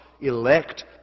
elect